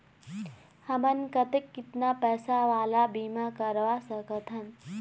हमन कतेक कितना पैसा वाला बीमा करवा सकथन?